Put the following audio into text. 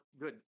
good